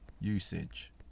usage